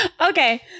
Okay